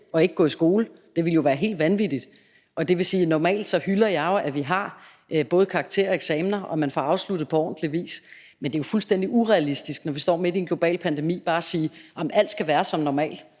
og ikke gå i skole. Det ville jo være helt vanvittigt, og det vil jo sige, at jeg normalt hylder, at vi har både karakterer og eksamener, og at man får afsluttet på ordentlig vis. Men det er jo fuldstændig urealistisk, når vi står midt i en global pandemi, bare at sige, at alt skal være som normalt.